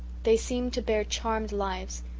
they seemed to bear charmed lives.